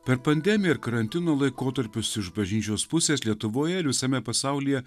per pandemiją ir karantino laikotarpius iš bažnyčios pusės lietuvoje ir visame pasaulyje